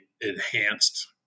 enhanced